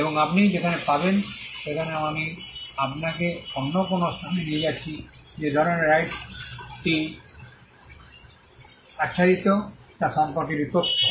এবং আপনি যেখানে পাবেন সেখানে আমি আপনাকে অন্য কোনও স্থানে নিয়ে যাচ্ছি যে ধরণের রাইটসটি আচ্ছাদিত তা সম্পর্কে একটি তথ্য